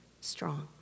strong